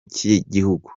cy’igihugu